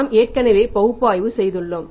நாம் ஏற்கனவே பகுப்பாய்வு செய்துள்ளோம்